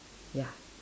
ya